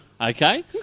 Okay